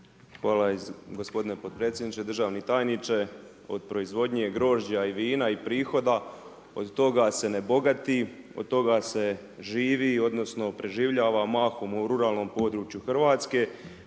Hvala gospodine potpredsjedniče. Državni tajniče, od proizvodnje grožđa i vina i prihoda od toga se ne bogati, od toga se živi odnosno preživljava mahom u ruralnom području Hrvatske